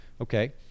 Okay